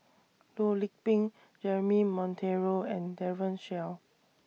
Loh Lik Peng Jeremy Monteiro and Daren Shiau